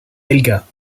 helga